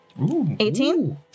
18